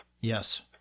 Yes